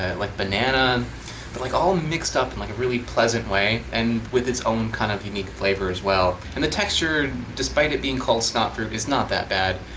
ah like banana but like all mixed up in and like a really pleasant way and with its own kind of unique flavor as well and the texture despite it being called snot fruit is not that bad.